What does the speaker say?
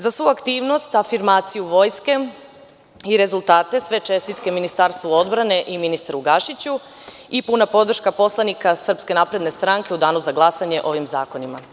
Za svu aktivnost, afirmaciju Vojske i rezultate sve čestitke Ministarstvu odbrane i ministru Gašiću, i puna podrška poslanika SNS u danu za glasanje ovim zakonima.